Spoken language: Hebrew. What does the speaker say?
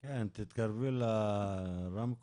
גם בתקנות יש דרישות